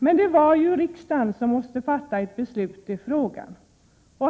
Men det var riksdagen som måste fatta ett beslut i frågan.